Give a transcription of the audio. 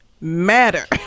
matter